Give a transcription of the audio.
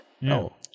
No